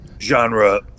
genre